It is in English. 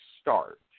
start